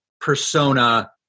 persona